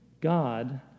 God